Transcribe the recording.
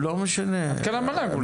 מנכ"ל המל"ג.